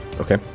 okay